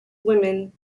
women